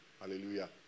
hallelujah